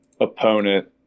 opponent